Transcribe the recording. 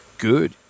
Good